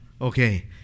Okay